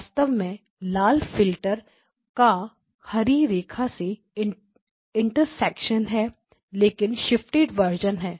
वास्तव में यह लाल फिल्टर का हरि रेखा से इंटरेक्शन है लेकिन शिफ्टेड वर्जन है